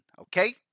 okay